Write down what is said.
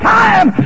time